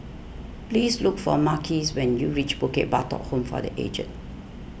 please look for Marquis when you reach Bukit Batok Home for the Aged